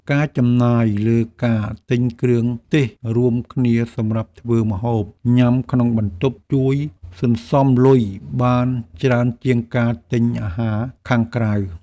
ការចំណាយលើការទិញគ្រឿងទេសរួមគ្នាសម្រាប់ធ្វើម្ហូបញ៉ាំក្នុងបន្ទប់ជួយសន្សំលុយបានច្រើនជាងការទិញអាហារខាងក្រៅ។